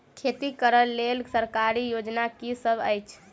खेती करै लेल सरकारी योजना की सब अछि?